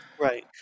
right